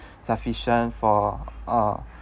sufficient for uh